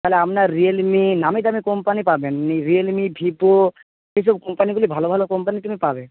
তাহলে আপনার রিয়েলমি নামী দামি কোম্পানি পাবেন রিয়েলমি ভিভো এই সব কোম্পানিগুলি ভালো ভালো কোম্পানি তুমি পাবে